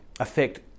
affect